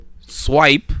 Swipe